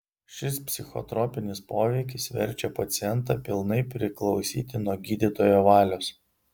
šis psichotropinis poveikis verčia pacientą pilnai priklausyti nuo gydytojo valios